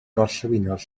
gorllewinol